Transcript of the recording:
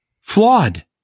Flawed